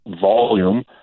volume